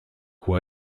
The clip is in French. quoi